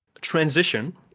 transition